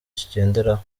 kigenderaho